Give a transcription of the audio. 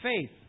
faith